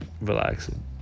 relaxing